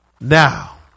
Now